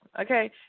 Okay